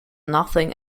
nothing